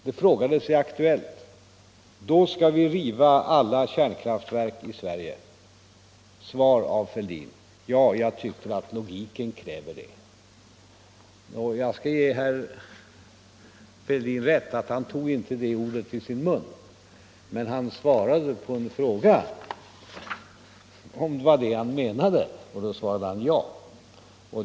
Det frågades i Aktuellt: ”Då skall vi riva alla kärnkraftverk i Sverige?” Svar av herr Fälldin: ”Ja, jag tycker att logiken kräver det.” Jag skall ge herr Fälldin rätt i att han inte tog orden ”riva kärnkraftverken” i sin mun, men på en fråga om det var vad han menade svarade han ja.